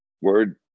word